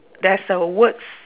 there's a words